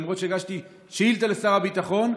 למרות שהגשתי שאילתה לשר הביטחון.